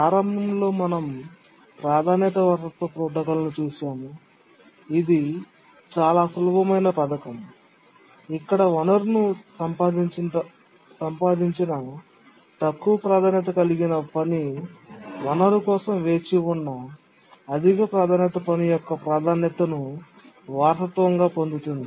ప్రారంభంలో మనం ప్రాధాన్యత వారసత్వ ప్రోటోకాల్ను చూశాము ఇది చాలా సులభమైన పథకం ఇక్కడ వనరును సంపాదించిన తక్కువ ప్రాధాన్యత కలిగిన పని వనరు కోసం వేచి ఉన్న అధిక ప్రాధాన్యత పని యొక్క ప్రాధాన్యతను వారసత్వంగా పొందుతుంది